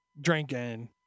Drinking